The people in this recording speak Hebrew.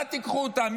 מה תיקחו אותם?